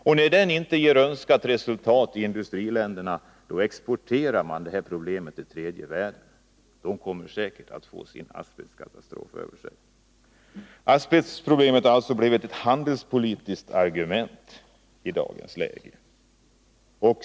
Och när den inte ger önskat resultat i industriländerna exporterar den problemet till tredje världen, som säkert också kommer att få en asbestkatastrof över sig. Asbestproblemet har alltså blivit ett handelspolitiskt argument i dagens läge.